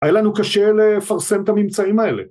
‫היה לנו קשה לפרסם את הממצאים האלה.